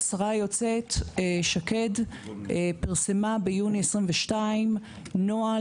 השרה היוצאת שקד פרסמה ביוני 22' נוהל